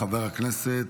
חבר הכנסת